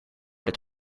dit